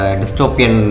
dystopian